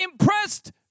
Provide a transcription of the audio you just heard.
impressed